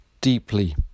deeply